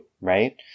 Right